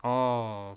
oh